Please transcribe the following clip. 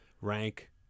rank